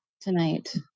tonight